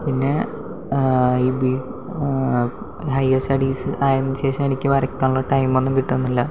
പിന്നെ ഈ ബി ഹയർ സ്റ്റഡീസ് ആയതിന് ശേഷം എനിക്ക് വരയ്ക്കാനുള്ള ടൈം ഒന്നും കിട്ടുന്നില്ല